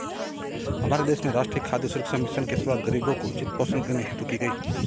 हमारे देश में राष्ट्रीय खाद्य सुरक्षा मिशन की शुरुआत गरीबों को उचित पोषण देने हेतु की गई